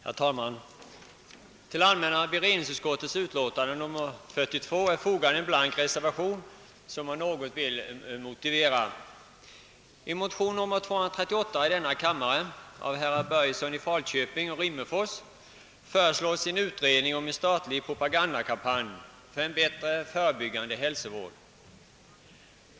Herr talman! Till allmänna beredningsutskottets utlåtande nr 42 har fogats en blank reservation, som jag något vill motivera. I motion nr 238 i denna kammare av herrar Börjesson i Falköping och Rimmerfors föreslås en utredning om en statlig propagandakampanj för en bättre förebyggande hälsovård.